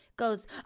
goes